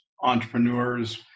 entrepreneurs